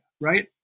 right